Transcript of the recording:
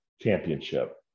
Championship